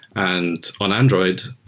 and on android,